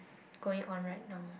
going on right now